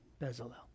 Bezalel